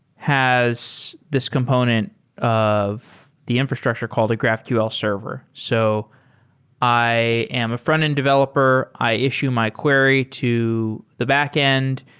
has this component of the infrastructure called a graphql server. so i am a frontend developer. i issue my query to the backend.